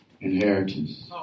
inheritance